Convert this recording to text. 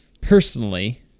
Personally